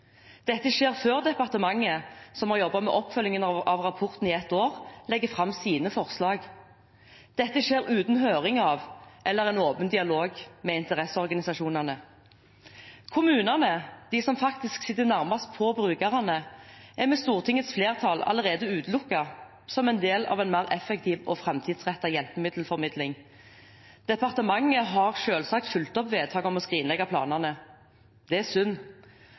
Dette skjer før departementet, som har jobbet med oppfølgingen av rapporten i ett år, legger fram sine forslag. Dette skjer uten høring av eller en åpen dialog med interesseorganisasjonene. Kommunene, de som faktisk sitter nærmest på brukerne, er med Stortingets flertall allerede utelukket som en del av en mer effektiv og framtidsrettet hjelpemiddelformidling. Departementet har selvsagt fulgt opp vedtaket om å skrinlegge planene. Det er synd,